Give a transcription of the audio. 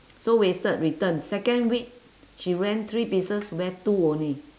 so wasted return second week she rent three pieces wear two only